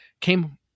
came